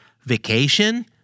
vacation